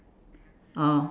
oh